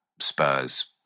Spurs